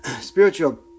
spiritual